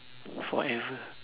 forever